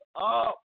Up